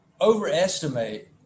overestimate